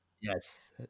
Yes